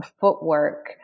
footwork